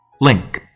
Link